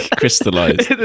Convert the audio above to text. crystallized